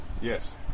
Yes